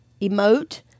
emote